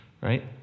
right